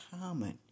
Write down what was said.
common